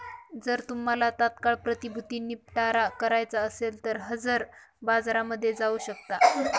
जर तुम्हाला तात्काळ प्रतिभूती निपटारा करायचा असेल तर हजर बाजारामध्ये जाऊ शकता